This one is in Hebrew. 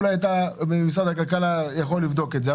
אולי אתה במשרד הכלכלה יכול לבדוק את זה,